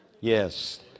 Yes